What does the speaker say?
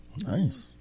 Nice